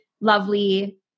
lovely